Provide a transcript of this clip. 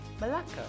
Malacca